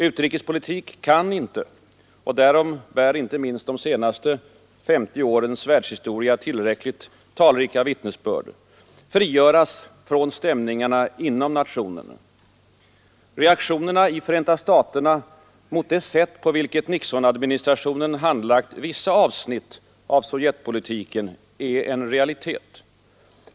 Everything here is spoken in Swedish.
Utrikespolitiken kan inte — därom bär inte minst de senaste 50 årens världshistoria tillräckligt talrika vittnesbörd — frigöras från stämningarna inom nationen. Reaktionerna i Förenta staterna mot det sätt på vilket Nixonadministrationen handlagt vissa avsnitt av Sovjetpolitiken är en realitet.